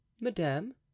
Madame